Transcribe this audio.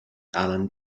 alan